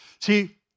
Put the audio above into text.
See